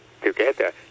together